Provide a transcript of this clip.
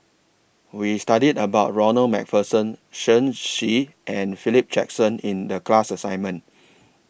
We studied about Ronald MacPherson Shen Xi and Philip Jackson in The class assignment